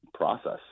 process